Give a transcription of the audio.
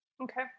Okay